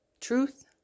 Truth